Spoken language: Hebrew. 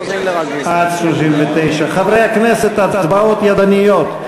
חברי הכנסת, הצבעות ידניות.